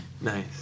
Nice